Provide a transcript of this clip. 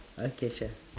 okay sure